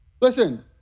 Listen